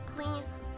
Please